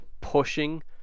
pushing